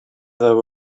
there